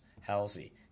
Halsey